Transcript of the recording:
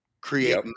create